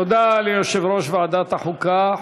תודה ליושב-ראש ועדת החוקה,